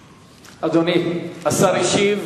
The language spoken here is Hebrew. אדוני, השר השיב.